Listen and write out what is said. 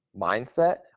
mindset